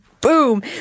Boom